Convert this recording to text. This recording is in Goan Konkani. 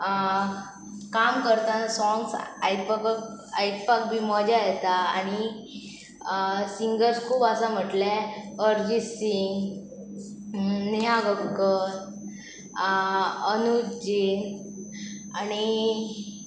काम करतना सोंग्स आयकपाक आयकपाक बी मजा येता आनी सिंगर्स खूब आसा म्हटले अर्जीत सिंग नेहा कक्कर अनूजजीन आनी